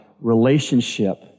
relationship